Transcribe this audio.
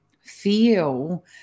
feel